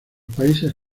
países